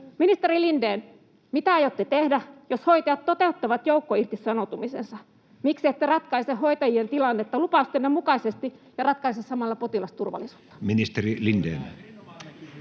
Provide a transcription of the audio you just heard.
Ministeri Lindén, mitä aiotte tehdä, jos hoitajat toteuttavat joukkoirtisanoutumisensa? Miksi ette ratkaise hoitajien tilannetta lupaustenne mukaisesti ja ratkaise samalla potilasturvallisuutta?